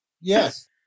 yes